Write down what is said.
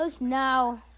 No